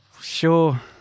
Sure